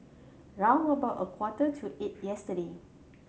round about a quarter to eight yesterday